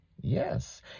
yes